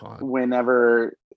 whenever